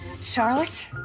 Charlotte